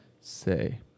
say